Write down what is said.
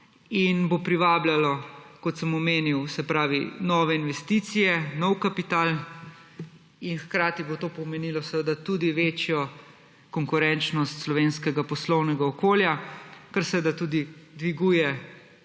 in bo privabljalo, kot sem omenil, nove investicije, nov kapital. Hkrati bo to pomenilo tudi večjo konkurenčnost slovenskega poslovnega okolja, kar seveda tudi dviguje